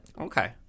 Okay